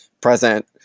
present